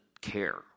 care